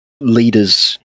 leaders